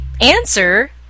answer